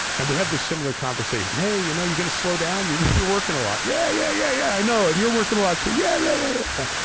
and we have this similar conversation. hey, you know, you're going to slow down. you're you're working a lot. yeah, yeah, yeah, yeah, i know. and you're working a lot too. yeah, yeah, yeah, yeah,